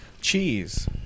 Cheese